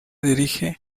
dirige